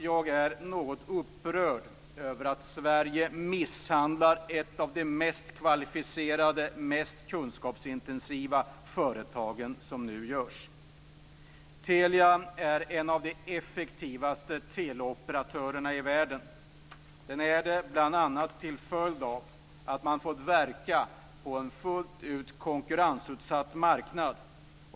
Jag är upprörd över att Sverige misshandlar ett av de mest kvalificerade, mest kunskapsintensiva företagen som nu finns. Telia är en av de effektivaste teleoperatörerna i världen. Telia är det bl.a. till följd av att bolaget har fått verka på en fullt ut konkurrensutsatt marknad.